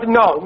no